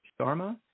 Sharma